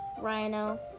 Rhino